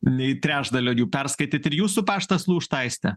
nei trečdalio jų perskaityt ir jūsų paštas lūžta aiste